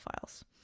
files